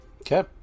Okay